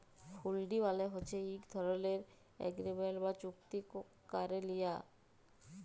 হুল্ডি মালে হছে ইক ধরলের এগ্রিমেল্ট বা চুক্তি ক্যারে লিয়া